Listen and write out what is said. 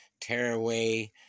tearaway